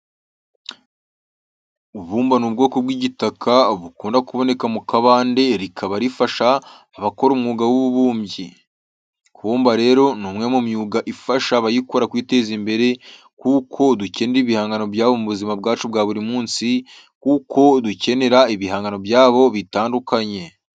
Ibumba ni ubwoko bw'igitaka bukunda kuboneka mu kabande rikaba rifasha abakora umwuga w'ububumbyi. Kubumba rero ni umwe mu myuga ifasha abayikora kwiteza imbere kuko dukenera ibihangano byabo mu buzima bwacu bwa buri munsi, kuko dukenera ibihangano byabo bitandukanye,